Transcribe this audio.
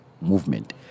movement